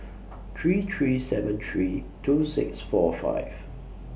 three three seven three two six four five